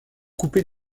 couper